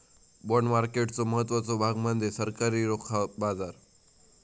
bond मार्केटचो महत्त्वाचो भाग म्हणजे सरकारी रोखा बाजार